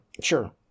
Sure